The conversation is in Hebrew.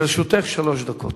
לרשותך שלוש דקות.